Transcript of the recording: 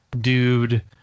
dude